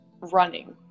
running